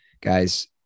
guys